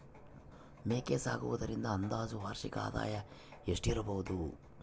ಮೇಕೆ ಸಾಕುವುದರಿಂದ ಅಂದಾಜು ವಾರ್ಷಿಕ ಆದಾಯ ಎಷ್ಟಿರಬಹುದು?